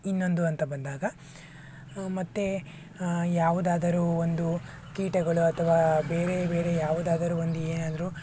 ಇನ್ನೊಂದು ಅಂತ ಬಂದಾಗ ಮತ್ತು ಯಾವುದಾದರೂ ಒಂದು ಕೀಟಗಳು ಅಥವಾ ಬೇರೆ ಬೇರೆ ಯಾವುದಾದರೂ ಒಂದು ಏನಾದ್ರೂ